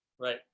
Right